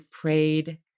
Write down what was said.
prayed